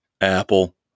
Apple